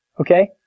Okay